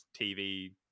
TV